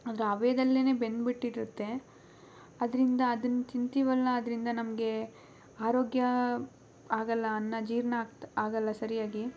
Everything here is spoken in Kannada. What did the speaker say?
ಅದರ ಹಬೆದಲ್ಲೇನೇ ಬೆಂದು ಬಿಟ್ಟಿರುತ್ತೆ ಅದರಿಂದ ಅದನ್ನ ತಿನ್ತೀವಲ್ಲ ಅದರಿಂದ ನಮಗೆ ಆರೋಗ್ಯ ಆಗೋಲ್ಲ ಅನ್ನ ಜೀರ್ಣ ಆಗ್ತ ಆಗೋಲ್ಲ ಸರಿಯಾಗಿ